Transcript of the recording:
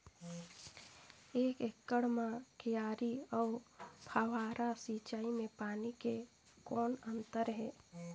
एक एकड़ म क्यारी अउ फव्वारा सिंचाई मे पानी के कौन अंतर हे?